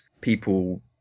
people